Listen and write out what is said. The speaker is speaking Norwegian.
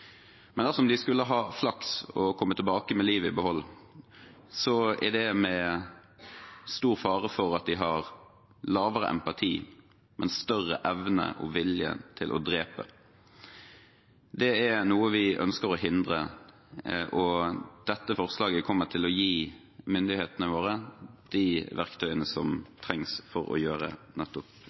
men dersom de skulle ha flaks og komme tilbake med livet i behold, så er det med stor fare for at de har lavere empati, men større evne og vilje til å drepe. Det er noe vi ønsker å hindre, og dette forslaget kommer til å gi myndighetene våre de verktøyene som trengs for å gjøre nettopp